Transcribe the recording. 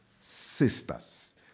sisters